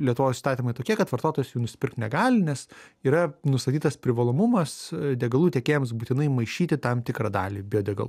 lietuvos įstatymai tokie kad vartotojas jų nusipirkt negali nes yra nustatytas privalomumas degalų tiekėjams būtinai maišyti tam tikrą dalį biodegalų